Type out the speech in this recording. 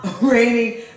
rainy